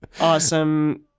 awesome